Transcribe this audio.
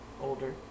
older